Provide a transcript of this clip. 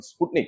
Sputnik